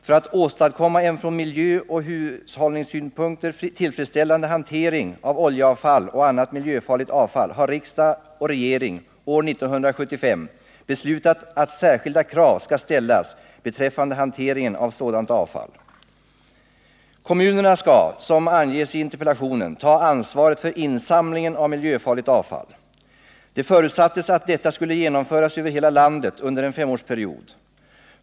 För att åstadkomma en från miljöoch hushållningssynpunkter tillfredsställande hantering av oljeavfall och annat miljöfarligt avfall har riksdag och regering år 1975 beslutat att särskilda krav skall gälla beträffande hanteringen av sådant avfall. Kommunerna skall, såsom anges i interpellationen, ta ansvaret för insamlingen av miljöfarligt avfall. Det förutsattes att detta skulle genomföras över hela landet under en femårsperiod.